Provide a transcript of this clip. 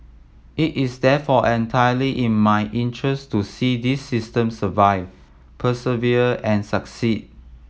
it is therefore entirely in my interest to see this system survive persevere and succeed